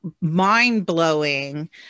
mind-blowing